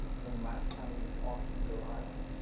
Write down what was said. when last time we fought delilah,